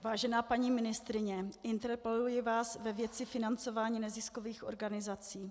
Vážená paní ministryně, interpeluji vás ve věci financování neziskových organizací.